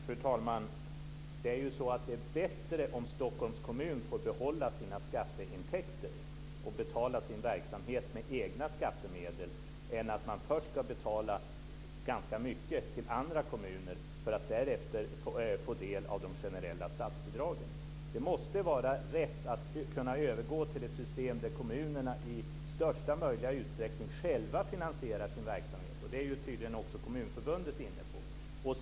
Fru talman! Det är bättre om Stockholms kommun får behålla sina skatteintäkter och betala sin verksamhet med egna skattemedel än att man först ska betala ganska mycket till andra kommuner för att därefter få del av de generella statsbidragen. Det måste vara rätt att kunna övergå till det system där kommunerna i största möjliga utsträckning själva finansierar sin verksamhet. Det är ju tydligen också Kommunförbundet inne på.